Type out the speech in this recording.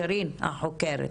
שירין החוקרת.